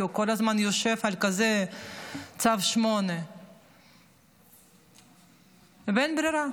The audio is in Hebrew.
כי הוא כל הזמן יושב על צו 8. אין ברירה.